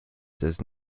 does